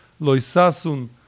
Loisasun